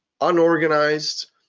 unorganized